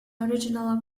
original